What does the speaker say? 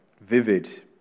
vivid